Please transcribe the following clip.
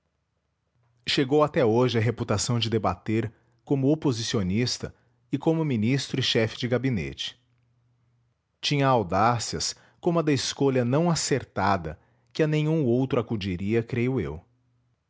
chegou até hoje a reputação de debater como oposicionista e como ministro e chefe de gabinete tinha audácias como a da escolha não acertada que a nenhum outro acudiria creio eu